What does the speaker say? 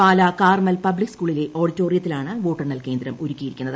Pala Carmel public സ്കൂളിലെ ഓഡിറ്റോറിയത്തിലാണ് വോട്ടെണ്ണൽ കേന്ദ്രം ഒരുക്കിയിരിക്കുന്നത്